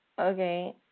okay